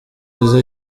bwiza